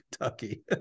kentucky